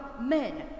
men